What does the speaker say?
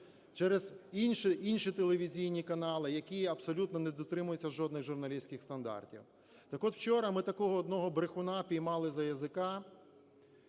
через інші телевізійні канали, які абсолютно не дотримуються жодних журналістських стандартів. Так от, вчора ми такого одного брехуна піймали за язика.